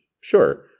sure